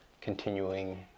continuing